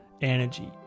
energy